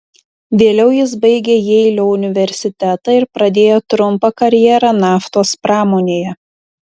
vėliau jis baigė jeilio universitetą ir pradėjo trumpą karjerą naftos pramonėje